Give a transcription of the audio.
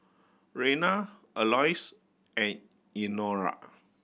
Rena Alois and Elnora